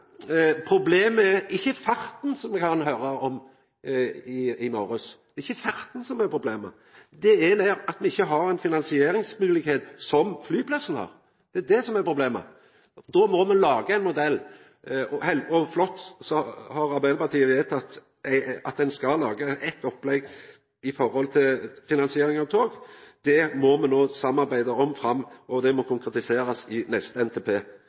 Problemet er ikkje farten, som me høyrde om til morgonen i dag, det er ikkje farten som er problemet. Det er at me ikkje har den finansieringsmoglegheita som flyplassen har. Det er det som er problemet. Då må me laga ein modell, og det er flott at Arbeidarpartiet har vedtatt at ein skal laga eit opplegg for finansiering av tog. Det må me no samarbeida om framover, og det må bli konkretisert i neste NTP.